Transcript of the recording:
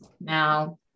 Now